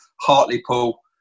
Hartley-Paul